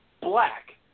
black